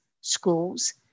schools